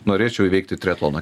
norėčiau įveikti triatloną